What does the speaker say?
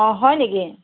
অ হয় নেকি